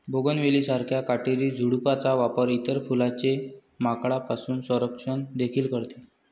bougainvillea सारख्या काटेरी झुडपांचा वापर इतर फुलांचे माकडांपासून संरक्षण देखील करते